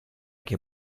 che